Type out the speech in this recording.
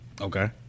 Okay